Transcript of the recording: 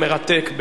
המרתק,